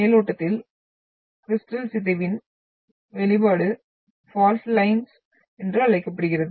மேலோட்டத்தில் crystal சிதைவின் வெளிப்பாடு fault lines என்று அழைக்கப்படுகிறது